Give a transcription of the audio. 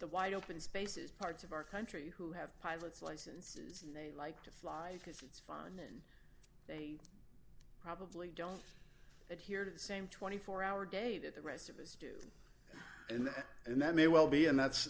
the wide open spaces parts of our country who have pilot's licenses they like to fly because it's fun and then they probably don't adhere to the same twenty four hour day that the rest of us do and and that may well be and that's